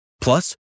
Plus